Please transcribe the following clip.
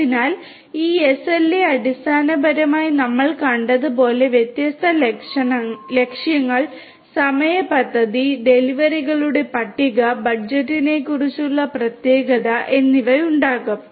അതിനാൽ ഈ എസ്എൽഎ അടിസ്ഥാനപരമായി നമ്മൾ കണ്ടതുപോലെ വ്യത്യസ്ത ലക്ഷ്യങ്ങൾ സമയ പദ്ധതി ഡെലിവറികളുടെ പട്ടിക ബജറ്റിനെക്കുറിച്ചുള്ള പ്രത്യേകത എന്നിവ ഉണ്ടാകും